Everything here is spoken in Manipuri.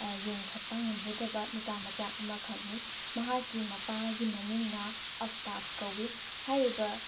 ꯌꯦꯡꯈꯠꯄ ꯉꯝꯖꯗꯕ ꯅꯨꯄꯥ ꯃꯆꯥ ꯑꯃꯈꯛꯅꯤ ꯃꯍꯥꯛꯀꯤ ꯃꯄꯥꯒꯤ ꯃꯃꯤꯡꯅ ꯑꯐꯇꯥꯞ ꯀꯧꯏ ꯍꯥꯏꯔꯤꯕ